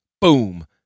Boom